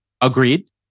Agreed